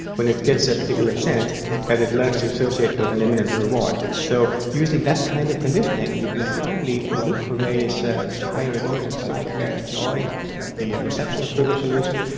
when it gets a particular scent that it learns to associate with an imminent reward. so using that kind of conditioning you can probably look for various ah higher emotions like joy at the reception of sugar solution,